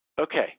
okay